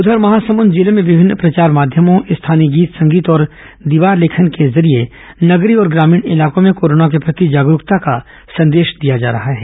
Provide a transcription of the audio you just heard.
उधर महासमुंद जिले में विभिन्न प्रचार माध्यमों स्थानीय गीत संगीत और दीवार लेखन आदि के जरिए नगरीय और ग्रामीण ईलाकों में कोरोना के प्रति जागरूकता का संदेश दिया जा रहा है